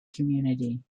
community